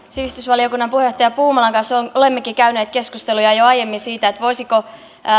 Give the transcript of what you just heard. sivistysvaliokunnan puheenjohtajan edustaja puumalan kanssa olemmekin jo aiemmin käyneet keskusteluja siitä voisiko